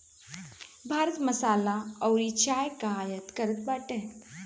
भारत मसाला अउरी चाय कअ आयत करत बाटे